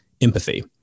Empathy